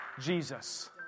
Jesus